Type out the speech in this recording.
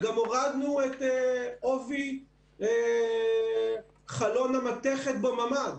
גם הורדנו את עובי חלון המתכת בממ"ד.